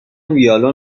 ویلون